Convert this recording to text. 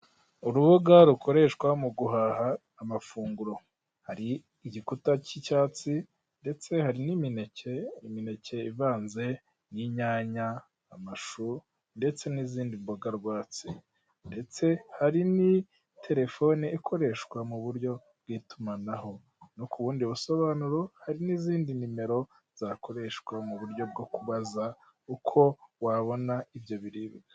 Urubuga rukoreshwa mu guhaha amafunguro, hari igikuta cy'icyatsi ndetse hari n'imineke, imineke ivanze n'inyanya, amashu ndetse n'izindi mboga rwats, ndetse hari n' telefone ikoreshwa mu buryo bw'itumanaho no ku bundi busobanuro hari n'izindi nimero zakoreshwa mu buryo bwo kubaza uko wabona ibyo biribwa.